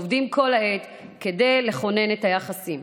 העובדים כל העת כדי לכונן את היחסים.